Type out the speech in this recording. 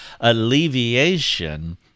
Alleviation